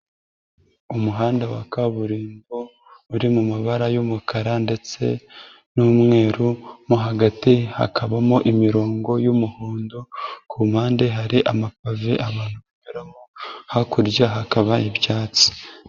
Umuhanda wa kaburimbo uri mu mabara y'umukara ndetse n'umweru, mo hagati hakabamo imirongo y'umuhondo, ku mpande hari amapave ahantu banyura, hakurya hakaba ibyatsi.